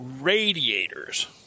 radiators